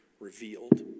revealed